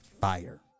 fire